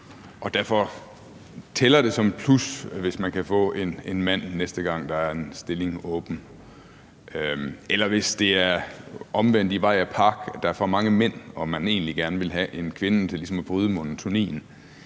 det derfor tæller som et plus, hvis man kan få en mand, næste gang der er en stilling åben, eller hvis det er omvendt i vej og park, nemlig at der er for mange mænd og man egentlig gerne ville have en kvinde til ligesom at bryde monotonien,